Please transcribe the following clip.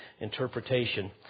interpretation